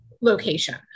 location